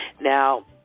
Now